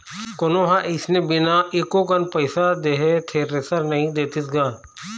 कोनो ह अइसने बिना एको कन पइसा दे थेरेसर नइ देतिस गा